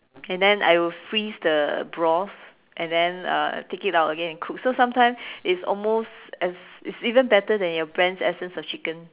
and then I will freeze the broth and then uh I'll take it out again cook so sometimes it's almost as it's even better than your Brand's essence of chicken